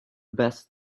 best